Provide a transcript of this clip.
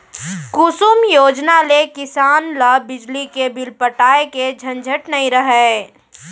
कुसुम योजना ले किसान ल बिजली के बिल पटाए के झंझट नइ रहय